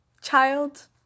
child